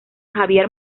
javier